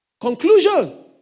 Conclusion